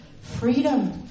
freedom